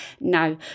now